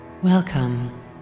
Welcome